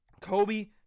Kobe